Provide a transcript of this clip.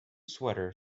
sweater